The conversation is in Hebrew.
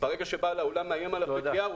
אצל בעל אולם שמאיים עליו בתביעה.